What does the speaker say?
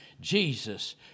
Jesus